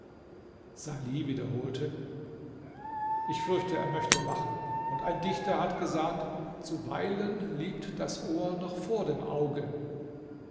salih wiederholte ich fürchte er möchte wachen und ein dichter hat gesagt zuweilen liebt das ohr noch vor dem auge